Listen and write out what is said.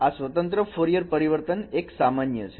આ સ્વતંત્ર ફોરિયર પરિવર્તન સામાન્ય છે